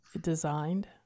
designed